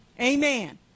Amen